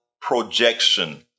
Projection